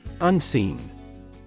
Unseen